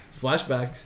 Flashbacks